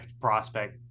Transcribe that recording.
prospect